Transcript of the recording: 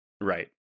Right